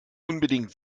unbedingt